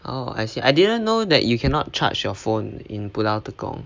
oh I see I didn't know that you cannot charge your phone in pulau tekong